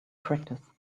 practice